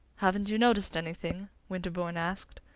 haven't you noticed anything? winterbourne asked.